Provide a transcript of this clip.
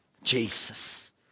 Jesus